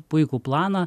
puikų planą